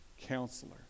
Counselor